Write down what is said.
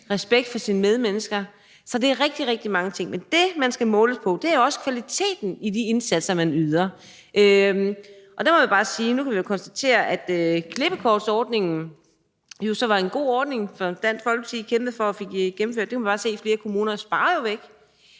respekt for sine medmennesker. Så det er rigtig, rigtig mange ting. Men det, man skal måles på, er også kvaliteten i de indsatser, man yder. Nu kan vi jo konstatere, at klippekortsordningen, som var en god ordning, som Dansk Folkeparti kæmpede for og fik gennemført, i flere kommuner jo spares væk.